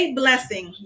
blessing